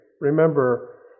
remember